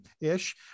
ish